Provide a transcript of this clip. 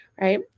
Right